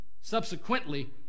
subsequently